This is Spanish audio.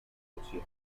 social